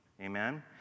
amen